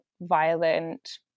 violent